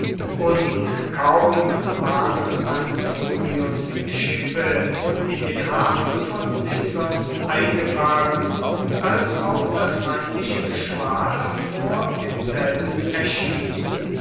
und kaum waren antonius schiffe in den hafen von lissos eingefahren als auch das feindliche geschwader vor demselben erschien